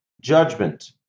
judgment